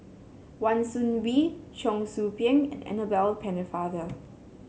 Wan Soon Bee Cheong Soo Pieng and Annabel Pennefather